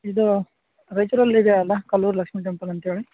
ಇದು ರಾಯಿಚೂರಲ್ಲಿ ಇದೆ ಅಲ್ಲ ಕಲ್ಲೂರು ಲಕ್ಷ್ಮಿ ಟೆಂಪಲ್ ಅಂತ್ಹೇಳಿ